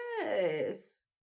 Yes